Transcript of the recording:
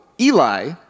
Eli